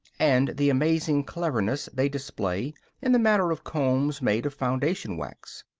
and the amazing cleverness they display in the matter of combs made of foundation wax.